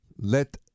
Let